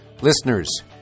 Listeners